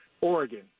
Oregon